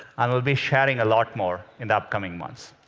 and we'll be sharing a lot more in the upcoming months.